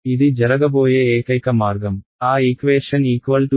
ఇది జరగబోయే ఏకైక మార్గం ఆ ఈక్వేషన్ 0